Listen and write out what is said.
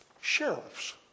sheriffs